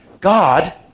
God